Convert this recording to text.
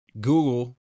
Google